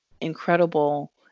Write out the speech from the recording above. incredible